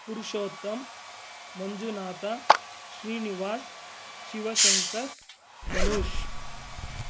Purushottam Manjunatha Srinivas Shiva Shankar Dhanush